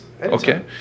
Okay